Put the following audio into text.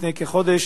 לפני כחודש,